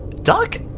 doc?